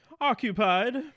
Occupied